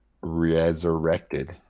resurrected